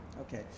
Okay